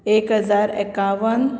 एक हजार एकावन